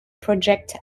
project